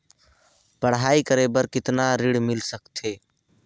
पढ़ाई करे बार कितन ऋण मिल सकथे?